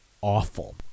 awful